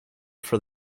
for